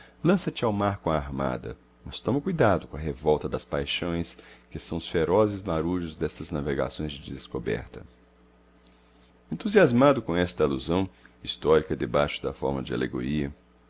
mundo lançate ao mar com a armada mas toma cuidado com a revolta das paixões que são os ferozes marujos destas navegações de descoberta entusiasmado com esta alusão histórica debaixo da forma de alegoria